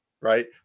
right